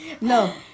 No